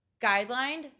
guideline